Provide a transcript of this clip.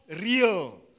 real